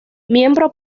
miembro